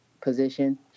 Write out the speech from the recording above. position